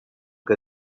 que